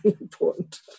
important